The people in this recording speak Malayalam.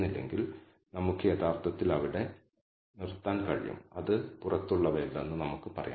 β0 ഒരുപക്ഷെ 0 ആണെന്ന് നമ്മൾ അംഗീകരിക്കണം എന്നാൽ β1 ന്റെ കോൺഫിഡൻസ് ഇന്റർവെൽ 0 ഉൾപ്പെടുന്നില്ല